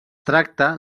tracta